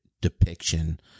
depiction